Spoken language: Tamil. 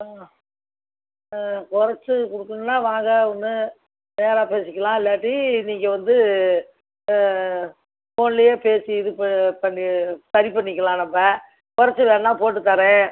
ஆ குறத்து கொடுக்கணுன்னா வாங்க ஒன்று நேராக பேசிக்கலாம் இல்லாட்டி நீங்கள் வந்து ஃபோன்லேயே பேசி இது ப பண்ணி சரி பண்ணிக்கலாம் நம்ம குறத்து வேணால் போட்டு தரேன்